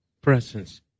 presence